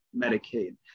Medicaid